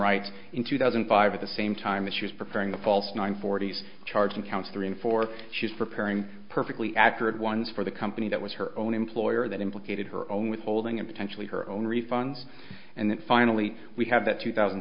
right in two thousand and five at the same time that she was preparing the false nine forty's charge in counts three and four she's preparing perfectly accurate ones for the company that was her own employer that implicated her own withholding and potentially her own refunds and then finally we have that two thousand